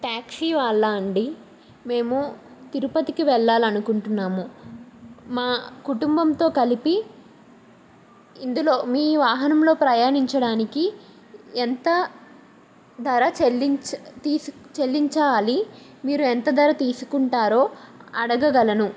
taxi వాళ్లా అండి మేము తిరుపతికి వెళ్లాలనుకుంటున్నాము మా కుటుంబంతో కలిపి ఇందులో మీ వాహనంలో ప్రయాణించడానికి ఎంత ధర చెల్లించా తీసి చెల్లించాలి మీరు ఎంత ధర తీసుకుంటారో అడగగలను